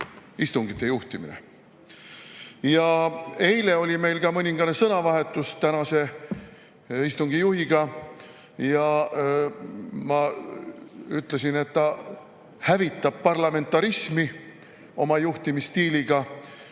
Eile oli meil ka mõningane sõnavahetus tänase istungi juhatajaga ja ma ütlesin, et ta hävitab parlamentarismi oma juhtimisstiiliga ja